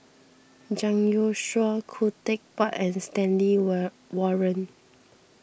Zhang Youshuo Khoo Teck Puat and Stanley war Warren